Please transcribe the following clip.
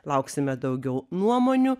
lauksime daugiau nuomonių